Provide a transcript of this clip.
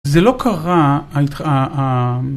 זה לא קרה ההית.. ה..ה..